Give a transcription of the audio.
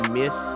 miss